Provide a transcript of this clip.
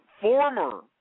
former